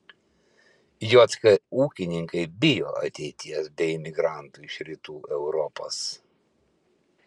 jk ūkininkai bijo ateities be imigrantų iš rytų europos